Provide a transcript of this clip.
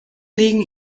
legen